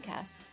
Podcast